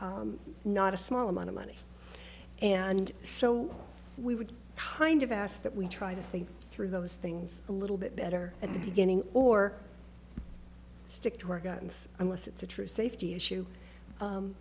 not a small amount of money and so we would kind of ask that we try to think through those things a little bit better at the beginning or stick to our guns unless it's a true safety issue